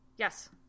Yes